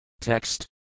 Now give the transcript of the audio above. Text